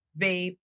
vape